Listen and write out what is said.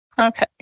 Okay